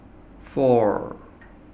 four